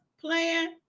plan